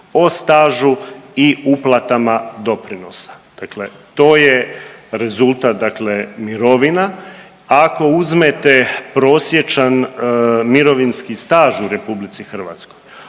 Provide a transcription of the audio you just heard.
o stažu i uplatama doprinosa. Dakle, to je rezultat dakle mirovina. Ako uzmete prosječan mirovinski staž u Republici Hrvatskoj